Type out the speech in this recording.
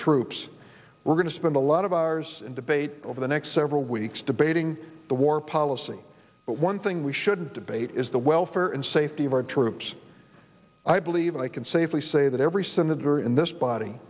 troops we're going to spend a lot of ours and debate over the next several weeks debating the war policy but one thing we should debate is the welfare and safety of our troops i believe i can safely say that every senator in this body